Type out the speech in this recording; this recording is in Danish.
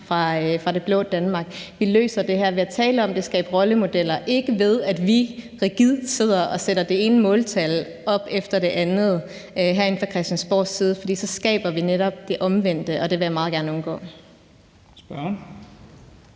fra Det Blå Danmark. Vi løser det her ved at tale om det og skabe rollemodeller, ikke ved, at vi rigidt sidder og sætter det ene måltal op efter det andet herinde fra Christiansborg, for så skaber vi netop det omvendte, og det vil jeg meget gerne undgå.